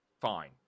Fine